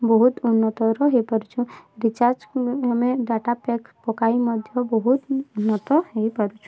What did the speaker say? ବହୁତ ଉନ୍ନତର ହେଇପାରୁଛୁ ରିଚାର୍ଜ ମାନେ ଡାଟା ପ୍ୟାକ୍ ପକାଇ ମଧ୍ୟ ବହୁତ ଉନ୍ନତ ହେଇପାରୁଛୁ